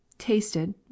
tasted